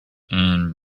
and